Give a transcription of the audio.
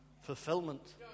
fulfillment